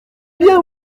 bien